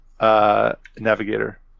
navigator